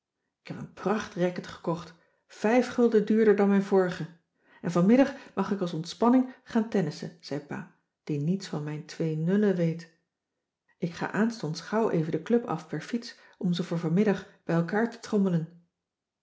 ik heb een pracht racket gekocht vijf gulden duurder dan mijn vorige en vanmiddag mag ik als ontspanning gaan tennissen zei pa die niets van mijn twee nullen weet ik ga aanstonds gauw even de club af per fiets om ze voor vanmiddag bij elkaar te trommelen